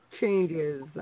changes